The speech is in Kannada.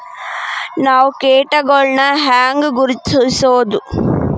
ನಾವ್ ಕೇಟಗೊಳ್ನ ಹ್ಯಾಂಗ್ ಗುರುತಿಸೋದು?